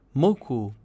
moku